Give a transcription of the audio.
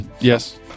Yes